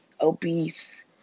obese